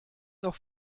noch